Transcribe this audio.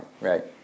right